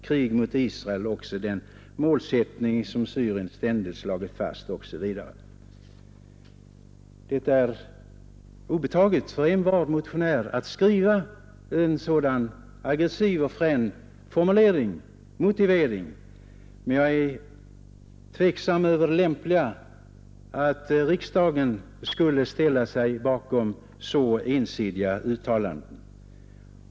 Krig mot Israel är alltså den målsättning som Syrien ständigt slagit fast”, osv. Det är envar motionär obetaget att skriva en sådan aggressiv och frän formulering och motivering, men jag är tveksam till det lämpliga i att riksdagen skulle ställa sig bakom så ensidiga uttalanden.